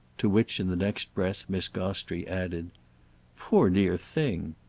to which in the next breath miss gostrey added poor dear thing!